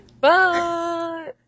bye